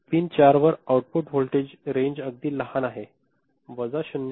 pin 4 वर output voltage range अगदी लहान आहे वजा 0